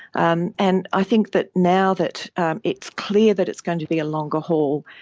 um and i think that now that it's clear that it's going to be a longer haul,